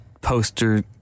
poster